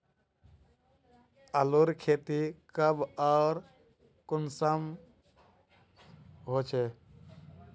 आलूर खेती कब आर कुंसम होचे?